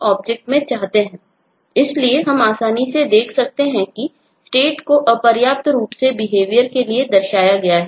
Stop के लिए दर्शाया गया है